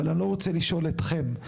אבל אני לא רוצה לשאול אתכם.